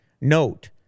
Note